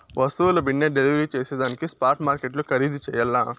వస్తువుల బిన్నే డెలివరీ జేసేదానికి స్పాట్ మార్కెట్లు ఖరీధు చెయ్యల్ల